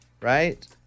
right